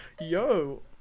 Yo